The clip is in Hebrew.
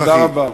תודה רבה.